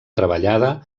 treballada